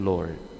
Lord